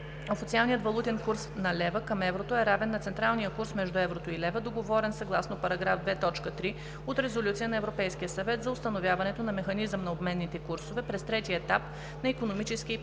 официалният валутен курс на лева към еврото е равен на централния курс между еврото и лева, договорен съгласно параграф 2.3 от Резолюция на Европейския съвет за установяването на механизъм на обменните курсове през третия етап на Икономическия и паричен